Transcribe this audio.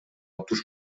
туш